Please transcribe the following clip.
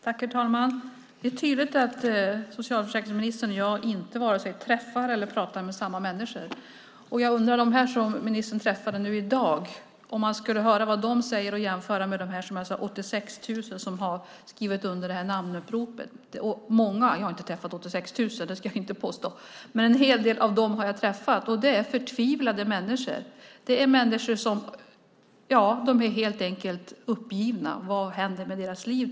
Herr talman! Det är tydligt att socialförsäkringsministern och jag inte vare sig träffar eller pratar med samma människor. Tänk om man skulle jämföra vad de sade som ministern träffade i dag med de 86 000 som har skrivit under namnuppropet. Jag har träffat en hel del av dem. Det är förtvivlade människor. De är helt enkelt uppgivna och undrar vad som kommer att hända med deras liv.